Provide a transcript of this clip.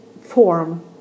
form